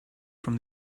from